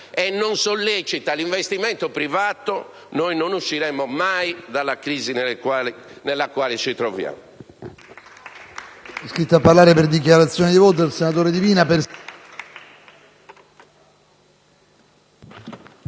e non si sollecita quello privato, noi non usciremo mai dalla crisi nella quale ci troviamo.